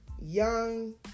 Young